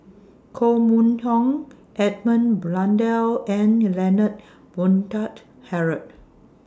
Koh Mun Hong Edmund Blundell and Leonard Montague Harrod